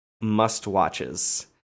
must-watches